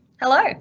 hello